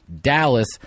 Dallas